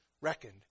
reckoned